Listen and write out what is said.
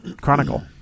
Chronicle